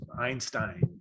Einstein